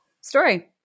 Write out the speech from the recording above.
story